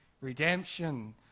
redemption